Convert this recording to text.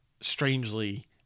strangely